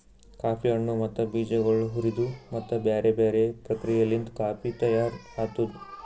coffee ಹಣ್ಣು ಮತ್ತ ಬೀಜಗೊಳ್ ಹುರಿದು ಮತ್ತ ಬ್ಯಾರೆ ಬ್ಯಾರೆ ಪ್ರಕ್ರಿಯೆಲಿಂತ್ ಕಾಫಿ ತೈಯಾರ್ ಆತ್ತುದ್